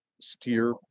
steer